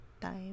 time